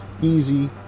Easy